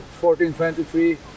1423